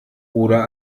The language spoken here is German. oder